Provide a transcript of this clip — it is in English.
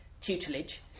tutelage